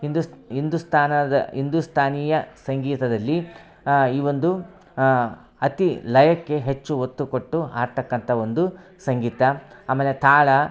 ಹಿಂದು ಹಿಂದುಸ್ತಾನದ ಹಿಂದುಸ್ತಾನಿಯ ಸಂಗೀತದಲ್ಲಿ ಇವೊಂದು ಅತಿ ಲಯಕ್ಕೆ ಹೆಚ್ಚು ಒತ್ತುಕೊಟ್ಟು ಹಾಡ್ತಕ್ಕಂತ ಒಂದು ಸಂಗೀತ ಆಮೇಲೆ ತಾಳ